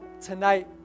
tonight